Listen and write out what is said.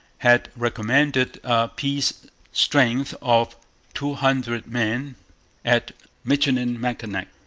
had recommended a peace strength of two hundred men at michilimackinac,